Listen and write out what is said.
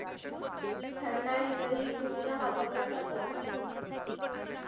थंडाईतही पुदिना वापरला जातो